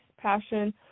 passion